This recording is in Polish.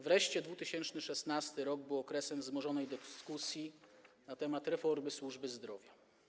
Wreszcie 2016 r. był okresem wzmożonej dyskusji na temat reformy służby zdrowia.